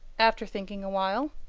after thinking a while.